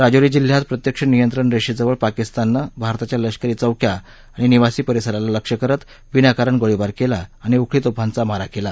राजौरी जिल्ह्यात प्रत्यक्ष नियंत्रण रेषेजवळ पाकिस्ताननं भारताच्या लष्करे चौक्या आणि निवासी परिसराला लक्ष्य करत विनाकारण गोळीबार केला आणि उखळी तोफांचा मारा केला